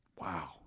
wow